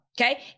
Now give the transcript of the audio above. Okay